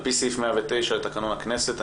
על פי סעיף 109 לתקנון הכנסת,